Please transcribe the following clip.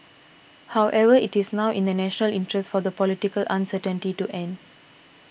however it is now in the national interest for the political uncertainty to end